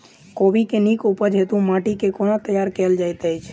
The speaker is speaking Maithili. कोबी केँ नीक उपज हेतु माटि केँ कोना तैयार कएल जाइत अछि?